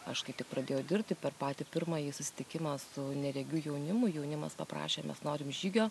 aš kai tik pradėjau dirbti per patį pirmąjį susitikimą su neregių jaunimu jaunimas paprašė mes norim žygio